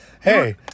hey